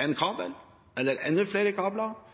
en kabel, eller enda flere kabler,